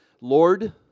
Lord